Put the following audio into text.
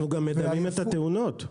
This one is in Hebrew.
גם מדמים תאונות.